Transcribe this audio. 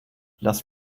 lass